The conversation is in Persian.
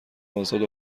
ازاد